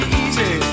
easy